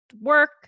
work